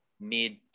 mid